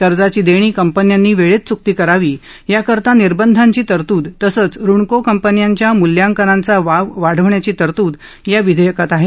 कर्जाची देणी कंपन्यांनी वेळेत च्कती करावी याकरता निर्बधांची तरतूद तसंच ऋणको कंपनीच्या मूल्यांकनाचा वाव वाढवण्याची तरतूद या विधेयकात आहे